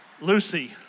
Lucy